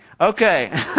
Okay